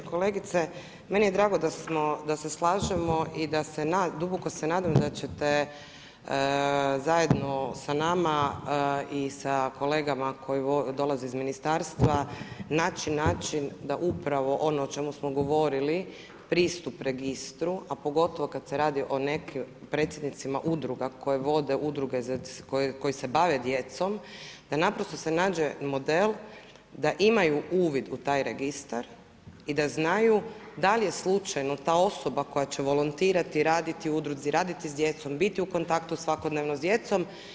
Kolegice, meni je drago da se slažemo i da se nadamo, duboko se nadamo da ćete zajedno sa nama i sa kolegama koje dolaze iz ministarstva naći način da upravo ono o čemu smo govorili, pristup registru, a pogotovo kada se radi o predsjednicima udruga koje vode udruge koje se bave djecom da naprosto se nađe model da imaju uvid u taj registar i da znaju da li je slučajno ta osoba koja će volontirati i raditi u udruzi, raditi s djecom, biti u kontaktu svakodnevno s djecom.